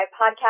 podcast